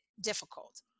difficult